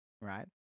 right